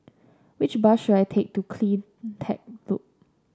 which bus should I take to CleanTech Loop